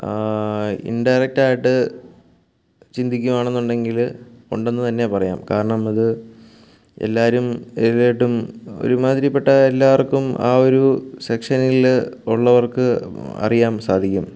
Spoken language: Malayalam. ഇൻഡയറക്ടായിട്ട് ചിന്തിക്കുവാണെന്നുണ്ടെങ്കിൽ ഉണ്ടെന്ന് തന്നെ പറയാം കാരണം അത് എല്ലാവരും ഒരുമാതിരിപ്പെട്ട എല്ലാവർക്കും ആ ഒരു സെക്ഷനിൽ ഉള്ളവർക്ക് അറിയാൻ സാധിക്കും